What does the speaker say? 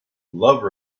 love